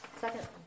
Second